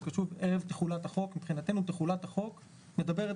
שכתוב ערב תחולת החוק מבחינתנו תחולת החוק מדברת